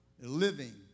living